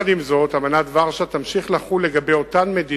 עם זאת, אמנת ורשה תמשיך לחול על מדינות